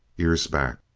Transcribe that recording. ears back,